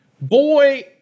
boy